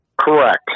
Correct